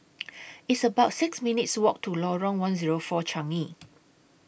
It's about six minutes' Walk to Lorong one Zero four Changi